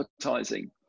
advertising